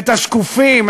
את השקופים,